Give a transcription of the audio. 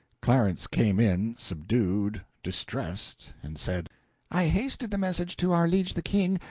clarence came in, subdued, distressed, and said i hasted the message to our liege the king,